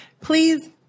Please